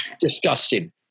disgusting